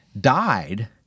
died